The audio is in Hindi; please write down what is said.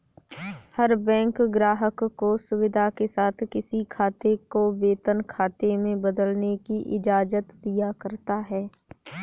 हर बैंक ग्राहक को सुविधा के साथ किसी खाते को वेतन खाते में बदलने की इजाजत दिया करता है